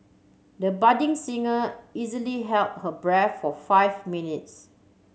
the budding singer easily held her breath for five minutes